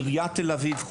עיריית תל אביב,